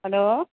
hello